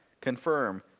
confirm